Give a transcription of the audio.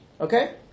Okay